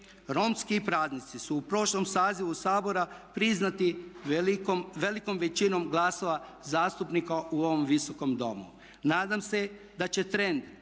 Romski praznici su u prošlom sazivu Sabora priznati velikom većinom glasova zastupnika u ovom Visokom domu. Nadam se da će trend